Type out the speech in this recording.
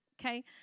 okay